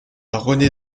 rené